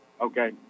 Okay